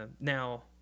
Now